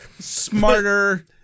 Smarter